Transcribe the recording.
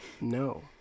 No